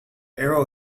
arrow